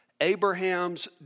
Abraham's